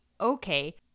Okay